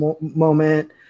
moment